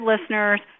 listeners